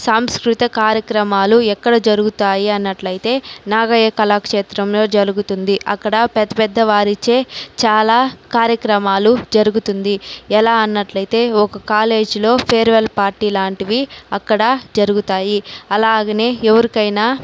సాంస్కృత కార్యక్రమాలు ఎక్కడ జరుగుతాయి అన్నట్లయితే నాగయ్య కళాక్షేత్రంలో జరుగుతుంది అక్కడ పెద్ద పెద్ద వారిచే చాలా కార్యక్రమాలు జరుగుతుంది ఎలా అన్నట్లయితే ఒక కాలేజీలో ఫేర్వెల్ పార్టీ లాంటివి అక్కడ జరుగుతాయి అలాగనే ఎవరికైనా